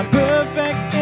perfect